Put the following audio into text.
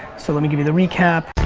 so let me give you the recap.